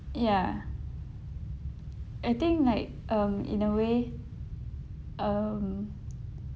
ya I think like um in a way um